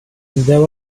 there